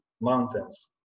mountains